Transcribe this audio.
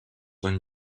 van